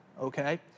okay